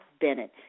Bennett